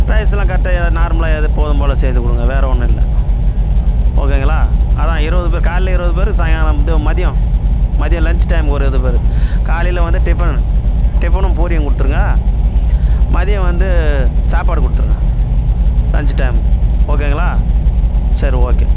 ரைஸெலாம் கரெக்டாக நார்மலாக எப்போதும் போல் செய்து கொடுங்க வேறு ஒன்றும் இல்லை ஒகேங்களா அதுதான் இருபது பேர் காலைல இருபது பேர் சாயங்காலம் மட்டும் மதியம் மதியம் லஞ்ச் டைம் ஒரு இருபது பேர் காலையில் வந்து டிஃபன் டிஃபனும் பூரியும் கொடுத்துருங்க மதியம் வந்து சாப்பாடு கொடுத்துருங்க லஞ்ச் டைம்மு ஓகேங்களா சரி ஒகே